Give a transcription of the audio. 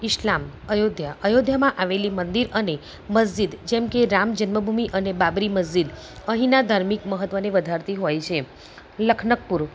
ઇસ્લામ અયોધ્યા અયોધ્યામાં આવેલી મંદિર અને મસ્જિદ જેમકે રામ જન્મ ભૂમિ અને બાબરી મસ્જિદ અહીના ધાર્મિક મહત્વની વધારતી હોય છે લખનકપૂરું